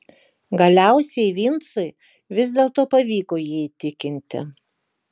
galiausiai vincui vis dėlto pavyko jį įtikinti